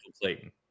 Clayton